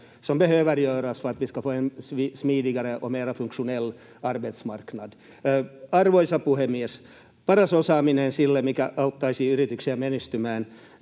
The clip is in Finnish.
som behöver göras för att vi ska få en smidigare och mera funktionell arbetsmarknad. Arvoisa puhemies! Paras osaaminen siitä, mikä auttaisi yrityksiä menestymään,